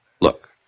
Look